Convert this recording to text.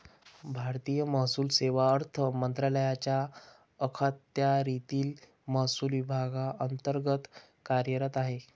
भारतीय महसूल सेवा अर्थ मंत्रालयाच्या अखत्यारीतील महसूल विभागांतर्गत कार्यरत आहे